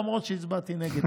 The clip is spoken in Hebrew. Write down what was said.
למרות שהצבעתי נגד,